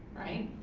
right?